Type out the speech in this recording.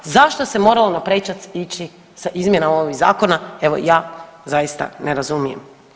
Zašto se moralo naprečac ići sa izmjenama ovih zakona evo ja zaista ne razumijem.